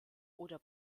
oder